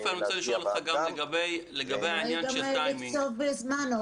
עופר, צריך לקצוב בזמן.